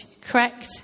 correct